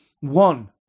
one